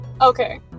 Okay